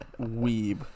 weeb